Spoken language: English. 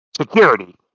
security